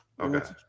Okay